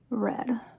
Red